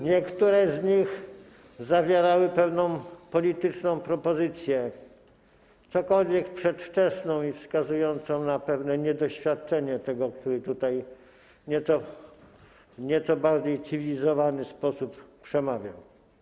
Niektóre z nich zawierały pewną polityczną propozycję, cokolwiek przedwczesną i wskazującą na pewne niedoświadczenie tego, który tutaj w nieco bardziej cywilizowany sposób przemawiał.